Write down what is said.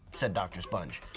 said dr. sponge.